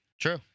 True